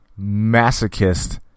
masochist